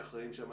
סעיד,